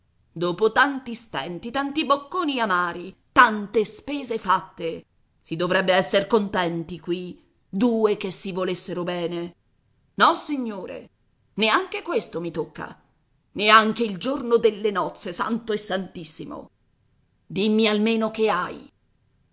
dopo tanti stenti tanti bocconi amari tante spese fatte si dovrebbe essere così contenti qui due che si volessero bene nossignore neanche questo mi tocca neanche il giorno delle nozze santo e santissimo dimmi almeno che hai